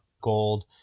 gold